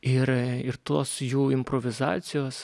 ir ir tos jų improvizacijos